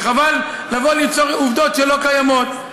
וחבל למסור עובדות שלא קיימות.